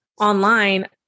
online